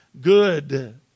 good